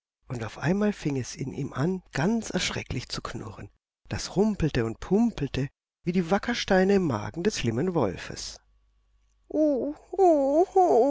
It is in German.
und auf einmal fing es in ihm an ganz erschrecklich zu knurren das rumpelte und pumpelte wie die wackersteine im magen des schlimmen wolfes